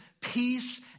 peace